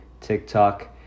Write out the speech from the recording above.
tiktok